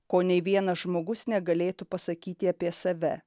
ko nei vienas žmogus negalėtų pasakyti apie save